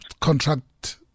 Contract